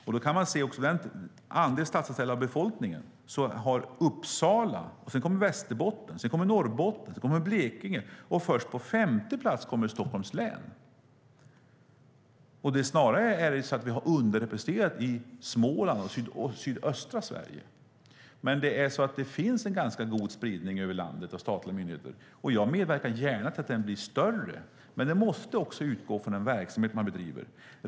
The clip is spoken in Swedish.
Om vi ser till andelen statsanställda av befolkningen kommer först Uppsala, sedan Västerbotten, Norrbotten och Blekinge. Först på femte plats kommer Stockholms län. Vi är snarare underrepresenterade i Småland och sydöstra Sverige. Men det finns en ganska god spridning av statliga myndigheter över landet. Jag medverkar gärna till att den blir större, men man måste utgå från den verksamhet som bedrivs.